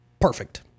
perfect